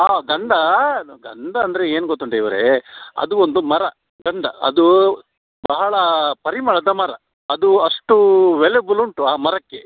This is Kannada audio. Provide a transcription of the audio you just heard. ಹಾಂ ಗಂಧ ಗಂಧ ಅಂದರೆ ಏನು ಗೊತ್ತುಂಟ ಇವರೇ ಅದು ಒಂದು ಮರ ಗಂಧ ಅದು ಬಹಳ ಪರಿಮಳದ ಮರ ಅದು ಅಷ್ಟು ವಾಲ್ಲೇಬಲ್ ಉಂಟು ಆ ಮರಕ್ಕೆ